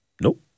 Nope